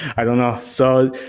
i don't know. so,